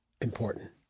important